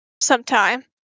sometime